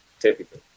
typically